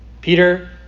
Peter